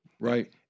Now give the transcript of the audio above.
right